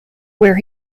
where